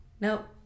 Nope